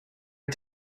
are